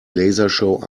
lasershow